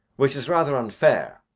which is rather unfair.